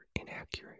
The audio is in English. inaccurate